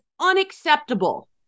unacceptable